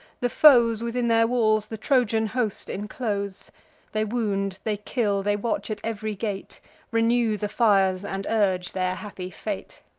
the foes within their walls the trojan host inclose they wound, they kill, they watch at ev'ry gate renew the fires, and urge their happy fate.